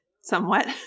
somewhat